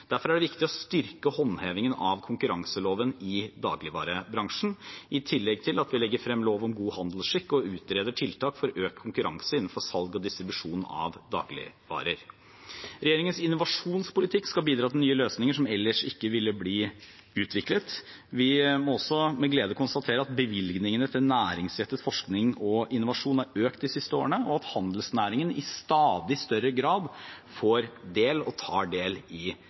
Derfor er det viktig å styrke håndhevingen av konkurranseloven i dagligvarebransjen, i tillegg til at vi legger frem lov om god handelsskikk og utreder tiltak for økt konkurranse innenfor salg og distribusjon av dagligvarer. Regjeringens innovasjonspolitikk skal bidra til nye løsninger som ellers ikke ville blitt utviklet. Vi må også med glede konstatere at bevilgningene til næringsrettet forskning og innovasjon har økt de siste årene, og at handelsnæringen i stadig større grad får del og tar del i